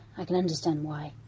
i can understand why.